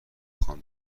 خوام